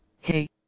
Hey